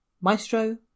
Maestro